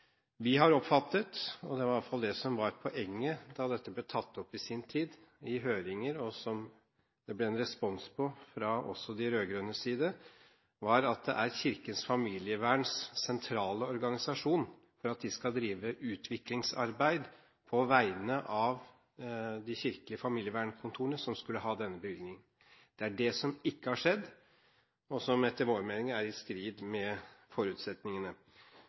Vi har oppfattet – det var iallfall det som var poenget da dette ble tatt opp i sin tid i høringer, og som det ble en respons på også fra de rød-grønnes side – at det var Kirkens Familieverns sentrale organisasjon, for at de skal drive utviklingsarbeid på vegne av de kirkelige familievernkontorene, som skulle ha denne bevilgningen. Det er det som ikke har skjedd, og som etter vår mening er i strid med forutsetningene.